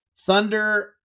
Thunder